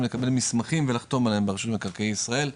לקבל מסמכים ולחתום עליהם ברשות מקרקעי ישראל.